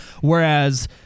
whereas